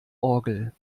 orgel